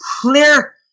clear